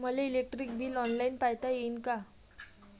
मले electric bill online पायता येईन का?